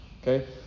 Okay